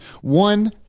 one